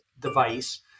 device